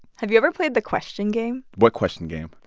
have you ever played the question game? what question game?